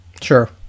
Sure